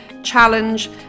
challenge